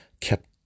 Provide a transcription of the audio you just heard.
kept